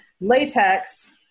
Latex